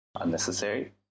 unnecessary